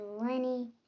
Lenny